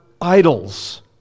idols